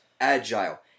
agile